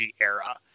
era